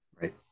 Right